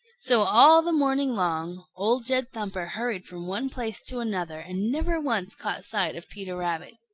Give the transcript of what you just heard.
so, all the morning long, old jed thumper hurried from one place to another and never once caught sight of peter rabbit.